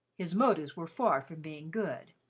his motives were far from being good,